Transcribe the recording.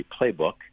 playbook